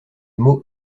mot